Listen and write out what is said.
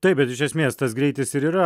taip bet iš esmės tas greitis ir yra